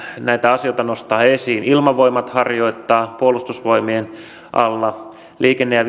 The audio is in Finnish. näitä asioita nostaa esiin ilmavoimat harjoittaa puolustusvoimien alla liikenne ja